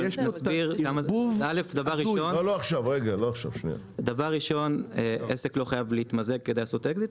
אבל נסביר א' דבר ראשון עסק לא חייב להתמזג כדי לעשות אקזיט,